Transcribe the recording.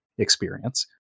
experience